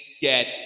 get